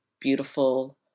beautiful